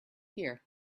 here